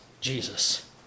Jesus